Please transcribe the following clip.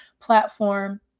platform